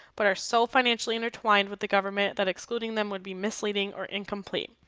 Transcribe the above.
but are so financially intertwined with the government that excluding them would be misleading or incomplete.